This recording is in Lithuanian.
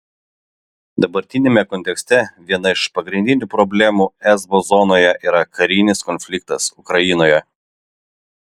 dabartiniame kontekste viena iš pagrindinių problemų esbo zonoje yra karinis konfliktas ukrainoje